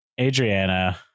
Adriana